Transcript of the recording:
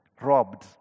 robbed